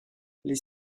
les